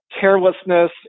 carelessness